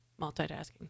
multitasking